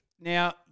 Now